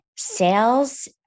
sales